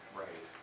right